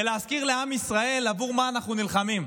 ולהזכיר לעם ישראל עבור מה אנחנו נלחמים: